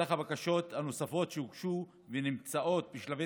סך הבקשות הנוספות שהוגשו ונמצאות בשלבי